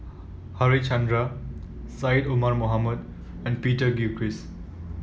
Harichandra Syed Omar Mohamed and Peter Gilchrist